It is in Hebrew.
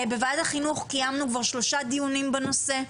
בוועדת החינוך קיימנו כבר שלושה דיונים בנושא,